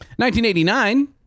1989